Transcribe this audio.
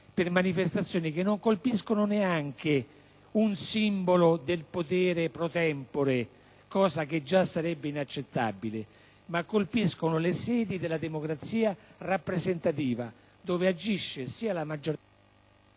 per manifestazioni che non colpiscono neanche un simbolo del potere *pro tempore*, cosa che già sarebbe inaccettabile, ma colpiscono le sedi della democrazia rappresentativa dove agisce sia la maggioranza